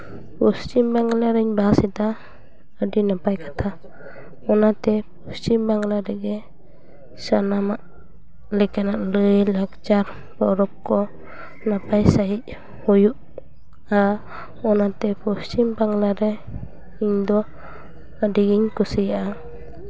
ᱯᱚᱥᱪᱷᱤᱢ ᱵᱟᱝᱞᱟ ᱨᱤᱧ ᱵᱟᱥᱫᱟ ᱟᱹᱰᱤ ᱱᱟᱯᱟᱭ ᱠᱟᱛᱷᱟ ᱚᱱᱟᱛᱮ ᱯᱚᱥᱪᱷᱤᱢ ᱵᱟᱝᱞᱟ ᱨᱮᱜᱮ ᱥᱟᱱᱟᱢᱟᱜ ᱞᱮᱠᱟᱱᱟᱜ ᱞᱟᱹᱭᱼᱞᱟᱠᱪᱟᱨ ᱯᱚᱨᱚᱵᱽ ᱠᱚ ᱱᱟᱯᱟᱭ ᱥᱟᱺᱦᱤᱡ ᱦᱩᱭᱩᱜᱼᱟ ᱚᱱᱟᱛᱮ ᱯᱚᱥᱪᱷᱤᱢ ᱵᱟᱝᱞᱟ ᱨᱮ ᱤᱧ ᱫᱚ ᱟᱹᱰᱤ ᱜᱤᱧ ᱠᱩᱥᱤᱭᱟᱜᱼᱟ